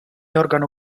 organo